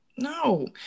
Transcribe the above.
No